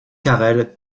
carrel